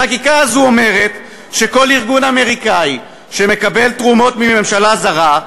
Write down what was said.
החקיקה הזאת אומרת שכל ארגון אמריקני שמקבל תרומות מממשלה זרה,